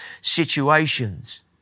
situations